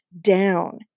down